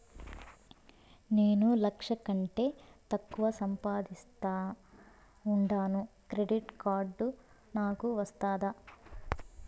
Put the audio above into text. నేను లక్ష కంటే తక్కువ సంపాదిస్తా ఉండాను క్రెడిట్ కార్డు నాకు వస్తాదా